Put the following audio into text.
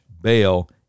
bail